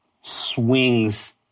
swings